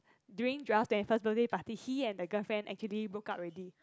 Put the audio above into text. during Joel's twenty first birthday party he and the girlfriend actually broke up already